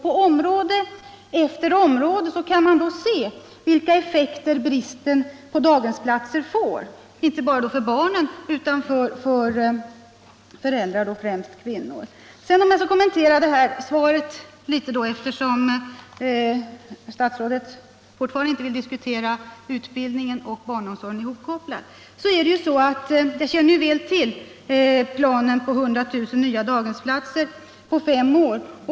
På område efter område kan man se vilka etfekter bristen — Nr 13 på daghemsplatser får. inte bara för barnen utan även för föräldrarna Torsdagen den ' och då frimst kvinnorna. | 21 oktober 1976 Sedan vill jag litet kommentera svaret, eftersom statsrådet fortfarande — inte vill diskutera utbildningen och barnomsorgen hopkopplade. Jag kän — Om dtgärder för att ner väl till målsättningen 100 000 nya daghemsplatser på fem år.